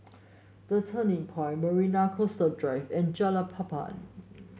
The Turning Point Marina Coastal Drive and Jalan Papan